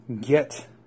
get